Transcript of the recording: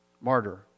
Martyr